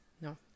No